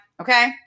Okay